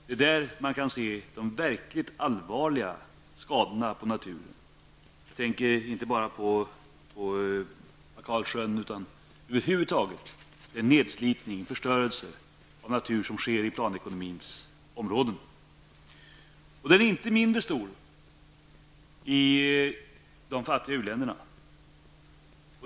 Det är ju där som de verkligt allvarliga skadorna på naturen kan konstateras. Jag tänker då på Bajkalsjön, och på den nedslitning och den förstörelse av naturen över huvud taget som skett i dessa länder Men nedslitningen och förstörelsen av naturen är också mycket omfattande i de fattiga uländerna.